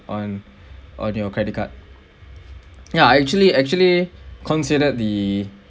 on on your credit card ya actually actually considered the